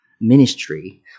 ministry